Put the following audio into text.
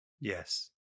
Yes